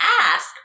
ask